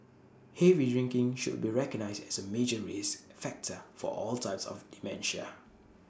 heavy drinking should be recognised as A major risk factor for all types of dementia